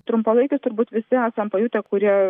trumpalaikius turbūt visi esam pajutę kurie